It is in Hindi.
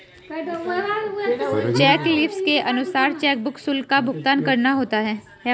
चेक लीव्स के अनुसार चेकबुक शुल्क का भुगतान करना होता है